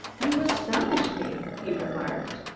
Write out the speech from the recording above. you astonish me, he remarked.